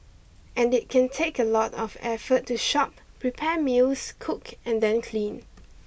and it can take a lot of effort to shop prepare meals cook and then clean